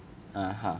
(uh huh)